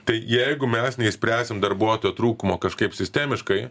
tai jeigu mes neišspręsim darbuotojų trūkumo kažkaip sistemiškai